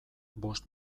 bost